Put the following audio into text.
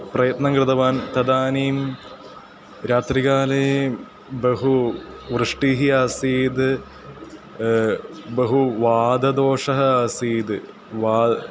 प्रयत्नं कृतवान् तदानीं रात्रिकाले बहु वृष्टिः आसीत् बहु वातदोषः आसीद् वा